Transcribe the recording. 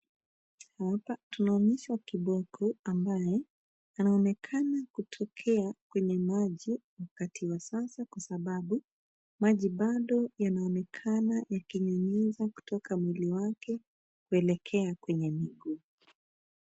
Hapa tunaonyeshwa kiboko ambaye anaonekana kutokea kwenye maji wakati wa sasa kwa sababu maji bado yanaonekana yakinyunyiza kutoka mwili wake kuelekea kwenye miguu.